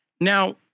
Now